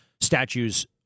statues